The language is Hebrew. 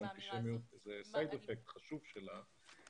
האנטישמיות היא חלק חשוב שלה.